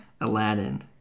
Aladdin